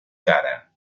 cara